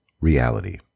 reality